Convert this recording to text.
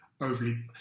overly